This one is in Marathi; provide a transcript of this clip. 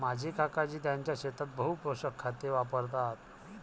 माझे काकाजी त्यांच्या शेतात बहु पोषक खते वापरतात